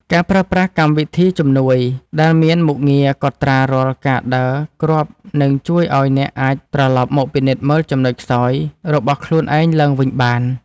ការប្រើប្រាស់កម្មវិធីជំនួយដែលមានមុខងារកត់ត្រារាល់ការដើរគ្រាប់នឹងជួយឱ្យអ្នកអាចត្រឡប់មកពិនិត្យមើលចំណុចខ្សោយរបស់ខ្លួនឯងឡើងវិញបាន។